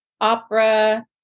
opera